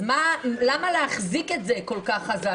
אז למה להחזיק את זה כל כך חזק?